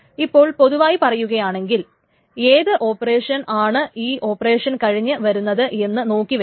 ഇപ്പോൾ പൊതുവായി പറയുകയാണെങ്കിൽ ഏത് ഓപ്പറേഷൻ ആണ് ഒരു ഓപ്പറേഷൻ കഴിഞ്ഞ് വരുന്നത് എന്ന് നോക്കി വെക്കണം